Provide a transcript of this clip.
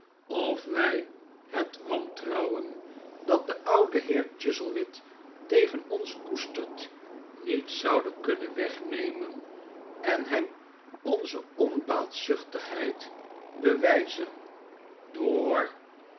of wij het wantrouwen dat de oude heer chuzzlewit tegen ons koestert niet zouden kunnen wegnemen en hem onze onbaatzuchtigheid bewijzen door